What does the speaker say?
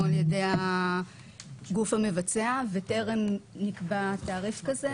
על ידי הגוף המבצע וטרם נקבע תעריף כזה.